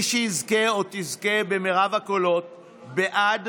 מי שיזכה או תזכה ברוב הקולות בעד,